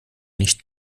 nicht